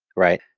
right,